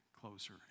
closer